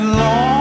long